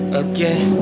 again